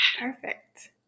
perfect